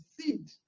seed